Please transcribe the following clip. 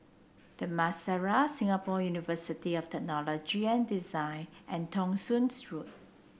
The Madeira Singapore University of Technology and Design and Thong Soon Road